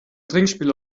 trinkspiel